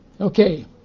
Okay